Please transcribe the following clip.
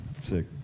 Sick